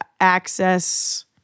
access